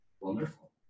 wonderful